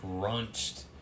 crunched